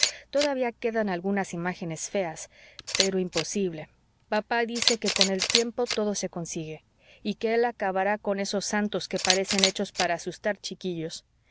todavía quedan algunas imágenes feas pero imposible papá dice que con el tiempo todo se consigue y que él acabará con esos santos que parecen hechos para asustar chiquillos